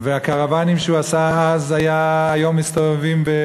והקרוונים שהוא הביא אז מסתובבים היום,